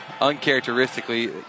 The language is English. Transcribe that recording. Uncharacteristically